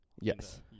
Yes